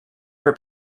for